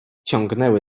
ciągnęły